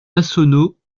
massonneau